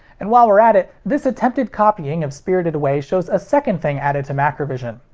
and while we're at it, this attempted copying of spirited away shows a second thing added to macrovision,